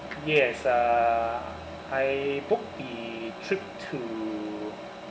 yes uh I booked the trip to